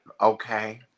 okay